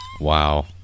Wow